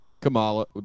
Kamala